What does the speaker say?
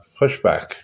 pushback